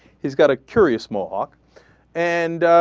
he's got a curious more are and